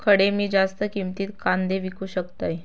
खडे मी जास्त किमतीत कांदे विकू शकतय?